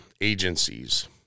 agencies